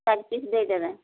ଚାରି ପିସ୍ ଦେଇଦେବେ